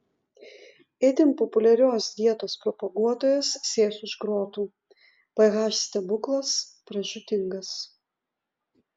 itin populiarios dietos propaguotojas sės už grotų ph stebuklas pražūtingas